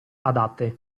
adatte